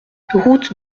route